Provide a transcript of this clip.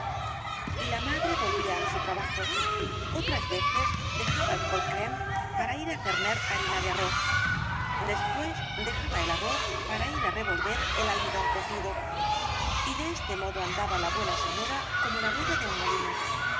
y la madre volvía á su trabajo otras veces dejaba el cold cream para ir á cerner harina de arroz después dejaba el arroz para ir á revolver el almidón cocido y de este modo andaba la buena señora como la rueda de un molino